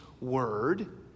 word